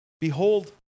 behold